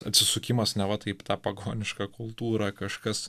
atsisukimas neva taip į tą pagonišką kultūrą kažkas